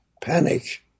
panic